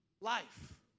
life